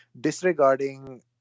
disregarding